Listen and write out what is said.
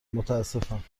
متاسفم